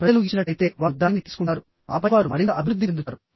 ప్రజలు ఇచ్చినట్లయితే వారు దానిని తీసుకుంటారు ఆపై వారు మరింత అభివృద్ధి చెందుతారు